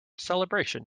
celebration